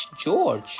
George